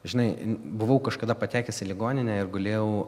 žinai buvau kažkada patekęs į ligoninę ir gulėjau